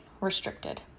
Restricted